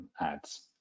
ads